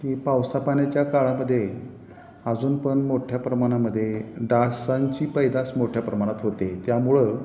की पावसापाण्याच्या काळामध्ये अजून पण मोठ्या प्रमाणामध्ये डासांची पैदास मोठ्या प्रमाणात होते त्यामुळे